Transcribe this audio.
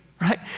right